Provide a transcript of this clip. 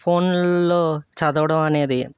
ఫోన్లో చదవడం అనేది